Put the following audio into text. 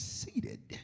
seated